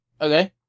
Okay